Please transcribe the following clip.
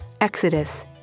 Exodus